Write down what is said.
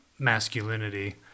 masculinity